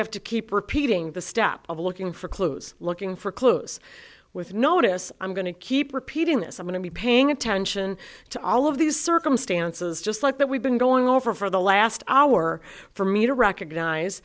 have to keep repeating the step of looking for clues looking for clues with notice i'm going to keep repeating this i'm going to be paying attention to all of these circumstances just like that we've been going over for the last hour for me to recognize